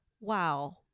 wow